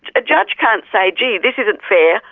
a judge can't say, gee, this isn't fair,